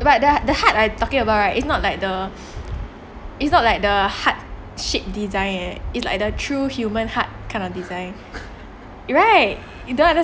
but that the heart I talking about right it's not like the it's not like the heart shape design is the true human heart kind of design right there